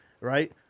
right